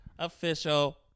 Official